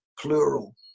plural